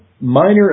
minor